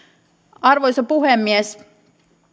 arvoisa puhemies